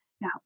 Now